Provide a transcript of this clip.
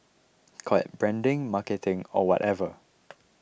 call it branding marketing or whatever